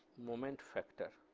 moment factor.